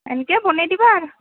এনেকৈয়ে বনাই দিবা আৰু